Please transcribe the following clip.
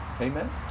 Amen